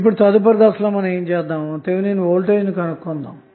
ఇప్పుడు తదుపరి దశలో థెవెనిన్వోల్టేజ్ ను కనుగొందాము